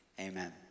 amen